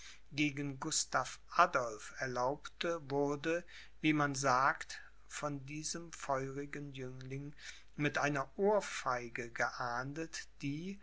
gegen gustav adolph erlaubte wurde wie man sagt von diesem feurigen jüngling mit einer ohrfeige geahndet die